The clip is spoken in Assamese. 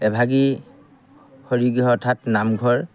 এভাগী হৰিগ্ৰহ অৰ্থাৎ নামঘৰ